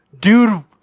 dude